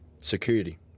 security